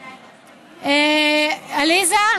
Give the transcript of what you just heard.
עליזה,